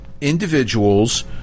individuals